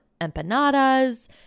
empanadas